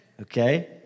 Okay